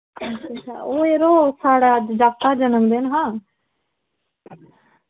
अच्छ अच्छा ओ यरो साढ़ा जाकत दा जन्मदिन हा